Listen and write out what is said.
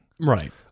Right